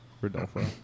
Rodolfo